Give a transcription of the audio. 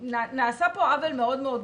נעשה פה עוול מאוד מאוד גדול.